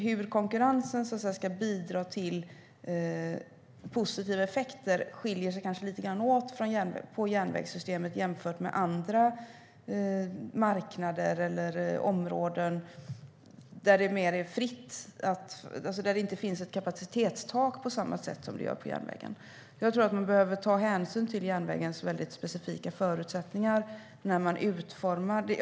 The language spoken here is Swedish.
Hur konkurrensen bidrar till positiva effekter skiljer sig åt lite grann i järnvägssystemet jämfört med andra marknader eller områden där det är mer fritt och det inte finns ett kapacitetstak på samma sätt som på järnvägen. Man behöver ta hänsyn till järnvägens väldigt specifika förutsättningar vid utformningen.